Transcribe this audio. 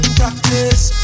practice